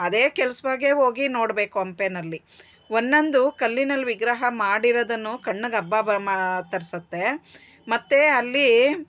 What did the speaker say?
ಅದೆ ಕೆಲ್ಸವಾಗೇ ಹೋಗಿ ನೋಡಬೇಕು ಹಂಪೆನಲ್ಲಿ ಒನ್ನೊಂದು ಕಲ್ಲಿನಲ್ಲಿ ವಿಗ್ರಹ ಮಾಡಿರೋದನ್ನು ಕಣ್ಣಿಗ್ ಹಬ್ಬ ತರ್ಸುತ್ತೆ ಮತ್ತು ಅಲ್ಲಿ